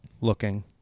looking